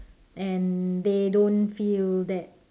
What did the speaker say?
and they don't feel that